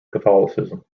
catholicism